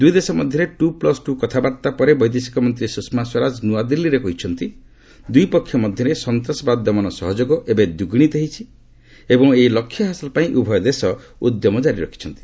ଦୁଇ ଦେଶ ମଧ୍ୟରେ ଟୁ ପ୍ଲସ୍ ଟୁ କଥାବାର୍ତ୍ତା ପରେ ବୈଦେଶିକ ମନ୍ତ୍ରୀ ସୁଷମା ସ୍ୱରାଜ ନୂଆଦିଲ୍ଲୀରେ କହିଛନ୍ତି ଦୁଇପକ୍ଷ ମଧ୍ୟରେ ସନ୍ତାସବାଦ ଦମନ ସହଯୋଗ ଏବେ ଦ୍ୱିଗୁଣିତ ହୋଇଛି ଏବଂ ଏହି ଲକ୍ଷ୍ୟ ହାସଲ ପାଇଁ ଉଭୟ ଦେଶ ଉଦ୍ୟମ ଜାରି ରଖିଛନ୍ତି